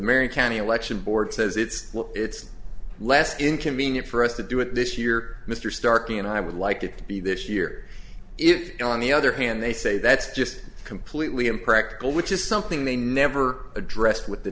marion county election board says it's it's less inconvenient for us to do it this year mr starkey and i would like it to be this year if not on the other hand they say that's just completely impractical which is something they never addressed with the